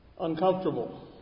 uncomfortable